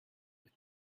with